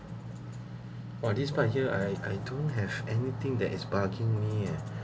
oh this part here I I don't have anything that is bugging me leh